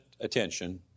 attention